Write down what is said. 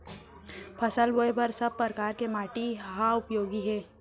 फसल बोए बर का सब परकार के माटी हा उपयोगी हे?